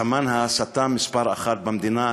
סמן ההסתה מספר אחת במדינה.